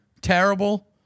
terrible